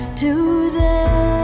today